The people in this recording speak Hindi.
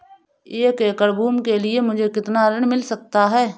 एक एकड़ भूमि के लिए मुझे कितना ऋण मिल सकता है?